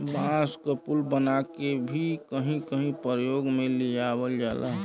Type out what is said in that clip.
बांस क पुल बनाके भी कहीं कहीं परयोग में लियावल जाला